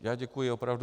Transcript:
Já děkuji opravdu.